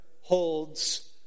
holds